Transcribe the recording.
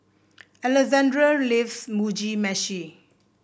Alexandre loves Mugi Meshi